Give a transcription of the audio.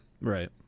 right